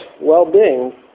well-being